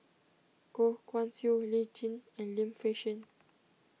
Goh Guan Siew Lee Tjin and Lim Fei Shen